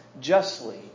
justly